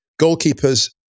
Goalkeepers